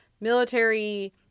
military